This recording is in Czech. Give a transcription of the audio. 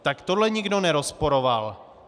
Tak tohle nikdo nerozporoval.